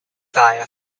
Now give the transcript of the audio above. via